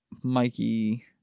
Mikey